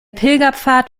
pilgerpfad